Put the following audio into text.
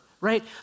right